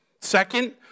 Second